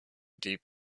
deep